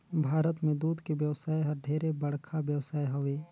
भारत में दूद के बेवसाय हर ढेरे बड़खा बेवसाय हवे